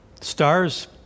stars